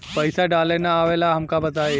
पईसा डाले ना आवेला हमका बताई?